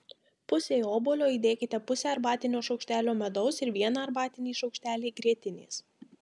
pusei obuolio įdėkite pusę arbatinio šaukštelio medaus ir vieną arbatinį šaukštelį grietinės